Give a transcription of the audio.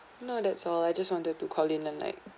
no that's all I just wanted to call in and like